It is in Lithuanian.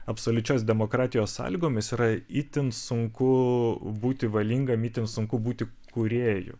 absoliučios demokratijos sąlygomis yra itin sunku būti valingam itin sunku būti kūrėju